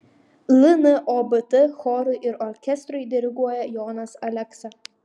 lnobt chorui ir orkestrui diriguoja jonas aleksa